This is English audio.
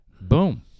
boom